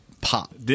pop